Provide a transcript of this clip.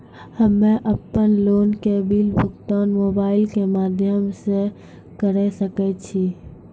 हम्मे अपन लोन के बिल भुगतान मोबाइल के माध्यम से करऽ सके छी?